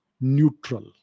neutral